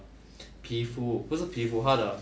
皮肤不是皮肤它的